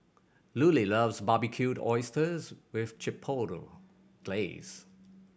Lulie loves Barbecued Oysters with Chipotle Glaze